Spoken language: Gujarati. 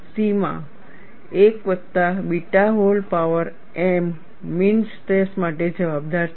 C માં 1 વત્તા beta whole power m mean stress માટે જવાબદાર છે